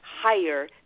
higher